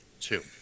two